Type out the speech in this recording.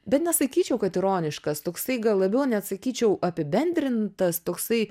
bet nesakyčiau kad ironiškas toksai gal labiau net sakyčiau apibendrintas toksai